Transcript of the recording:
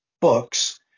books